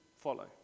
follow